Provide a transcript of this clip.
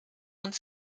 und